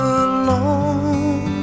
alone